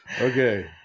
Okay